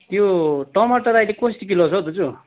त्यो टमाटर अहिले कसरी किलो छ हौ दाजु